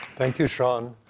thank you, sean.